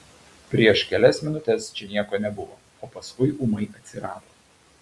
prieš kelias minutes čia nieko nebuvo o paskui ūmai atsirado